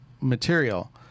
material